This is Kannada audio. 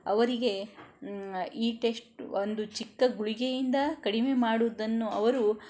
ಅವರಿಗೆ ಈ ಟೆಸ್ಟ್ ಒಂದು ಚಿಕ್ಕ ಗುಳಿಗೆಯಿಂದ ಕಡಿಮೆ ಮಾಡುವುದನ್ನು ಅವರು